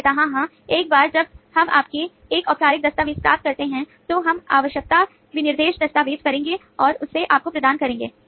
विक्रेता हाँ हाँ एक बार जब हम आपसे एक औपचारिक दस्तावेज प्राप्त करते हैं तो हम आवश्यकता विनिर्देश दस्तावेज करेंगे और इसे आपको प्रदान करेंगे